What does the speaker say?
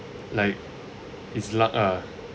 like it's luck ah